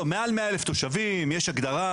יש הגדרה